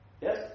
yes